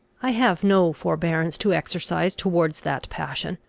i have no forbearance to exercise towards that passion.